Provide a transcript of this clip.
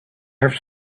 have